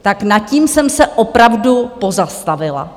Tak nad tím jsem se opravdu pozastavila.